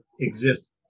exists